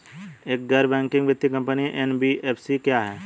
एक गैर बैंकिंग वित्तीय कंपनी एन.बी.एफ.सी क्या है?